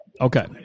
Okay